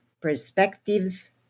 Perspectives